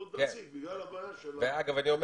עוד תקציב בגלל הבעיה של